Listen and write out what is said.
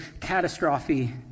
catastrophe